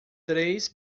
três